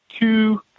two